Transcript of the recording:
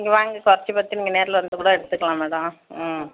நீங்கள் வாங்க குறைச்சு பற்றி நீங்கள் நேரில் வந்து கூட எடுத்துக்கலாம் மேடம் ம்